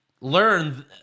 learn